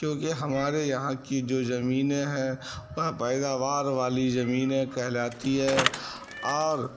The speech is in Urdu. کیونکہ ہمارے یہاں کی جو زمینیں ہیں وہ پیداوار والی زمینیں کہلاتی ہیں اور